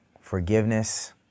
forgiveness